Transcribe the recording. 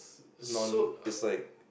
so it's like